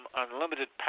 unlimited